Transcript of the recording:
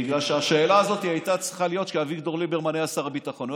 בגלל שהשאלה הזאת הייתה צריכה להיות כשאביגדור ליברמן היה שר הביטחון.